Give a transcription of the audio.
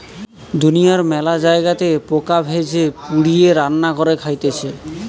দুনিয়ার মেলা জায়গাতে পোকা ভেজে, পুড়িয়ে, রান্না করে খাইতেছে